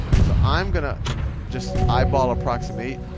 so i'm going to just eyball approximate.